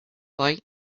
bite